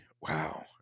Wow